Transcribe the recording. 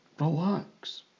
Relax